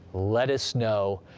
let us know,